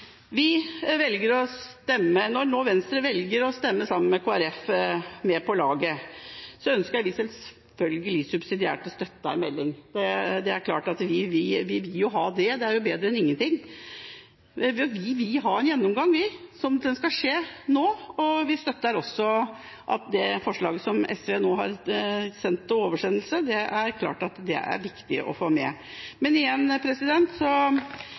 nå velger å stemme sammen med Kristelig Folkeparti, ønsker vi subsidiært selvfølgelig å støtte forslaget om en melding. Det vil vi ha – det er bedre enn ingenting. Vi vil ha en gjennomgang. Den skal skje nå. Vi støtter også at det er viktig å få med det forslaget som SV nå har gjort om til et oversendelsesforslag. Men igjen: